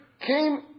came